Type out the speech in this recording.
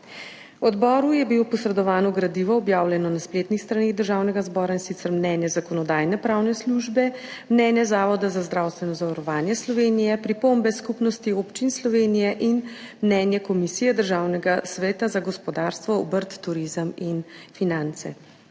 Odboru je bilo posredovano gradivo, objavljeno na spletnih straneh Državnega zbora, in sicer Mnenje Zakonodajno-pravne službe, Mnenje Zavoda za zdravstveno zavarovanje Slovenije, Pripombe Skupnosti občin Slovenije in Mnenje Komisije Državnega sveta za gospodarstvo, obrt, turizem in finance.